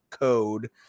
code